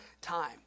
time